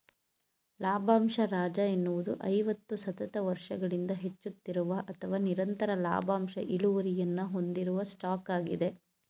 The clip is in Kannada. ಲಾಭಂಶ ರಾಜ ಎನ್ನುವುದು ಐವತ್ತು ಸತತ ವರ್ಷಗಳಿಂದ ಹೆಚ್ಚುತ್ತಿರುವ ಅಥವಾ ನಿರಂತರ ಲಾಭಾಂಶ ಇಳುವರಿಯನ್ನ ಹೊಂದಿರುವ ಸ್ಟಾಕ್ ಆಗಿದೆ